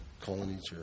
colonies